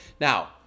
Now